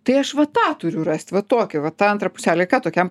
tai aš va tą turiu rast va tokią va tą antrą puselę ir ką tokiam